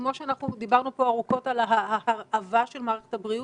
כמו שדיברנו פה ארוכות על ההרעבה של מערכת הבריאות,